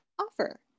offer